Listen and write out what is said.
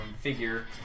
figure